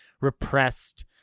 repressed